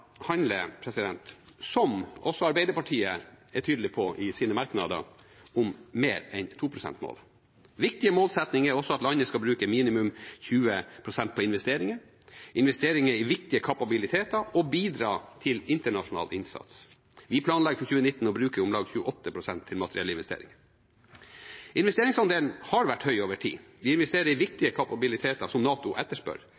som også Arbeiderpartiet er tydelig på i sine merknader, handler Wales-erklæringen om mer enn 2-prosentmålet. Viktige målsettinger er også at landene skal bruke minimum 20 pst. på investeringer – investeringer i viktige kapabiliteter – og bidra til internasjonal innsats. Vi planlegger for 2019 å bruke om lag 28 pst. til materiellinvesteringer. Investeringsandelen har vært høy over tid. Vi investerer i